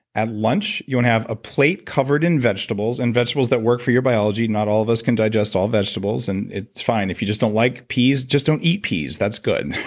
at lunch, you want to have a plate covered in vegetables, and vegetables that work for your biology. not all of us can digest all vegetables, and it's fine if you just don't like peas just don't eat peas, that's good.